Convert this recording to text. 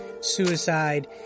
suicide